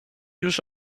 już